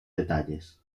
detalles